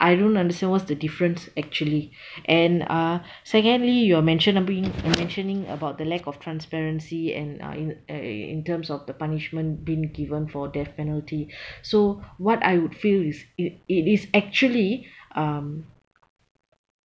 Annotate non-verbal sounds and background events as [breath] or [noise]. I don't understand what's the difference actually [breath] and uh secondly you are mentioning mentioning about the lack of transparency and uh in the uh in terms of the punishment being given for death penalty [breath] so what I would feel is it it is actually um